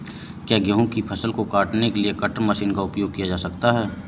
क्या गेहूँ की फसल को काटने के लिए कटर मशीन का उपयोग किया जा सकता है?